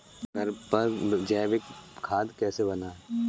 घर पर जैविक खाद कैसे बनाएँ?